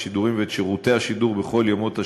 השידורים ואת שירותי השידור בכל ימות השנה,